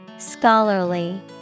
Scholarly